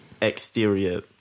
exterior